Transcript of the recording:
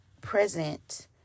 present